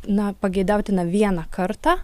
na pageidautina vieną kartą